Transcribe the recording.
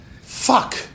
Fuck